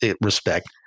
respect